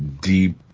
Deep